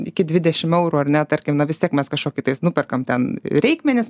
iki dvidešimt eurų ar ne tarkim na vis tiek mes kažkokį tais nuperkam ten reikmenis